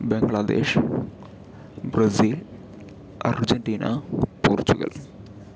Bangladesh Brazil Argentina Portugal